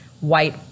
white